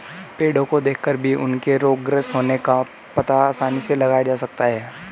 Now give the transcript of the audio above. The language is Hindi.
पेड़ो को देखकर भी उनके रोगग्रस्त होने का पता आसानी से लगाया जा सकता है